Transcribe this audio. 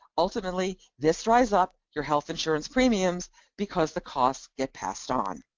ultimately this drives up your health insurance premiums because the costs get passed on.